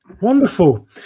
Wonderful